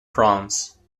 france